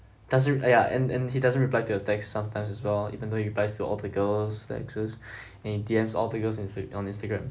doesn't uh ya and and he doesn't reply to your text sometimes as well even though he replies to all the girls that exists and he D_M all the girls ins~ on Instagram